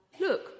Look